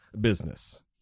business